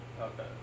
Okay